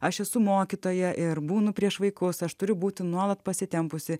aš esu mokytoja ir būnu prieš vaikus aš turiu būti nuolat pasitempusi